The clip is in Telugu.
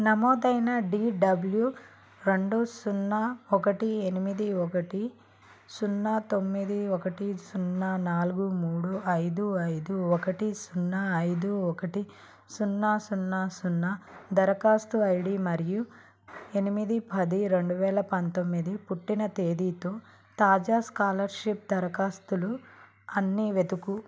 నమోదైన డీడబ్ల్యు రెండు సున్నా ఒకటి ఎనిమిది ఒకటి సున్నా తొమ్మిది ఒకటి సున్నా నాలుగు మూడు ఐదు ఐదు ఒకటి సున్నా ఐదు ఒకటి సున్నా సున్నా సున్నా దరఖాస్తు ఐడీ మరియు ఎనిమిది పది రెండువేల పంతొమ్మిది పుట్టిన తేదీతో తాజా స్కాలర్షిప్ దరఖాస్తులు అన్ని వెదుకు